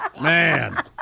Man